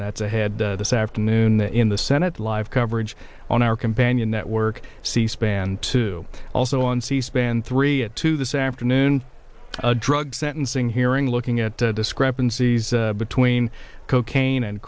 that's ahead this afternoon in the senate live coverage on our companion network c span two also on c span three at two this afternoon a drug sentencing hearing looking at discrepancies between cocaine and